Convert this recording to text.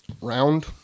round